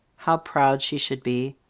how proud she should be,